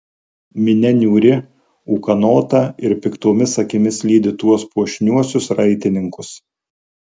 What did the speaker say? minia niūri ūkanota ir piktomis akimis lydi tuos puošniuosius raitininkus